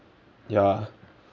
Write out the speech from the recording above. ya